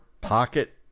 pocket